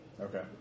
Okay